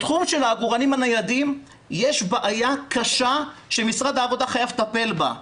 בתחום של העגורנים הניידים יש בעיה קשה שמשרד העבודה חייב לטפל בה,